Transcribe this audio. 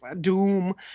Doom